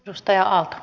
toisin kävi